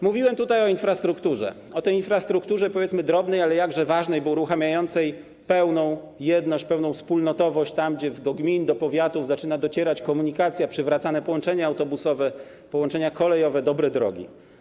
Mówiłem tutaj o infrastrukturze, o tej infrastrukturze, powiedzmy, drobnej, ale jakże ważnej, bo uruchamiającej pełną jedność, pełną wspólnotowość tam, gdzie do gmin, do powiatów zaczyna docierać komunikacja, przywracane są połączenia autobusowe, połączenia kolejowe, dobre drogi.